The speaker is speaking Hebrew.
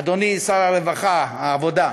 אדוני שר העבודה והרווחה,